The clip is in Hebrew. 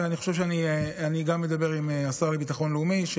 ואני גם אדבר עם השר לביטחון לאומי.